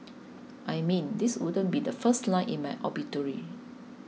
I mean this wouldn't be the first line in my obituary